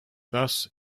thus